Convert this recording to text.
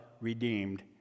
redeemed